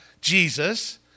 Jesus